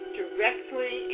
directly